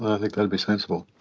i think that would be sensible.